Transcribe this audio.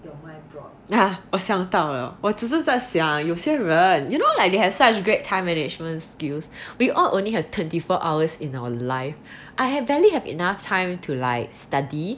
ah 我想到了我只是在想有些人 you know like they have such great time management skills we all only have twenty four hours in our life I have barely have enough time to like study